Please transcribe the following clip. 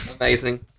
Amazing